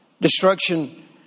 Destruction